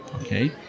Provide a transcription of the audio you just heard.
okay